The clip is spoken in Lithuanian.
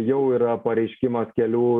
jau yra pareiškimas kelių